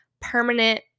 permanent